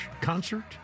concert